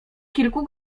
kilku